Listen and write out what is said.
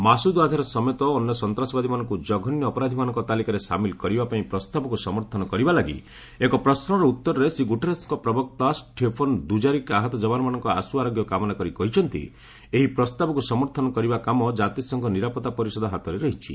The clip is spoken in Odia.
ମାସୁଦ୍ ଆଝାର ସମେତ ଅନ୍ୟ ସନ୍ତାସବାଦୀମାନଙ୍କୁ ଜଘନ୍ୟ ଅପରାଧୀମାନଙ୍କ ତାଲିକାରେ ସାମିଲ କରିବା ପାଇଁ ପ୍ରସ୍ତାବକୁ ସମର୍ଥନ କରିବା ଲାଗି ଏକ ପ୍ରଶ୍ନର ଉତ୍ତରରେ ଶ୍ରୀ ଗୁଟେରେସ୍ଙ୍କ ପ୍ରବକ୍ତା ଷ୍ଟେଫାନେ ଦୁଜାରିକ୍ ଆହତ ଯବାନମାନଙ୍କ ଆଶୁ ଆରୋଗ୍ୟ କାମନା କରି କହିଛନ୍ତି ଏହି ପ୍ରସ୍ତାବକୁ ସମର୍ଥନ କରିବା କାମ କାତିସଂଘ ନିରାପତ୍ତା ପରିଷଦ ହାତରେ ରହିଛି